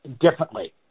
differently